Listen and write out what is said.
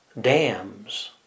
dams